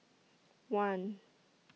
one